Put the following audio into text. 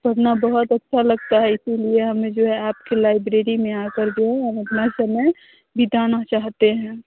पढ़ना बहुत अच्छा लगता है इसीलिए हमें जो है आपके आपके लाइब्रेरी में आकर जो है हम अपना समय बिताना चाहते हैं